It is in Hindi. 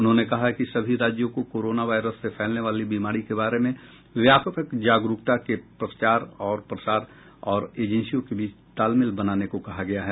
उन्होंने कहा कि सभी राज्यों को कोरोना वायरस से फैलने वाली बीमारी के बारे में व्यापक जागरूकता के प्रसार और अन्य एजेंसियों के बीच तालमेल बनाने को कहा गया है